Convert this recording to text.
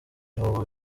byobo